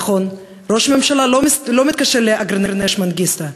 נכון, ראש הממשלה לא מתקשר לאגרנש מנגיסטו,